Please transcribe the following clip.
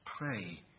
pray